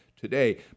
today